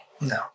No